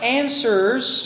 answers